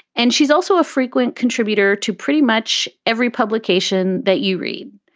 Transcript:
and she's also a frequent contributor to pretty much every publication that you read,